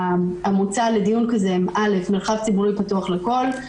המוצא לדיון כזה הן א': מרחב ציבורי פתוח לכל,